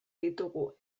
ditugu